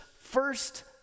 first